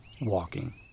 WALKING